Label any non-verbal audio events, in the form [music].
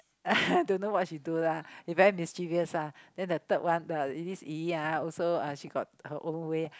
[laughs] don't know what she do lah he very mischievous one then the third one who is Yi yi ah also uh she got her own way